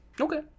Okay